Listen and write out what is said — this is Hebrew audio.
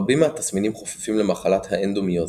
רבים מהתסמינים חופפים למחלת האדנומיוזיס,